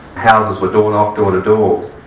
houses were doorknocked door-to-door,